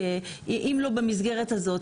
אם לא במסגרת הזאת,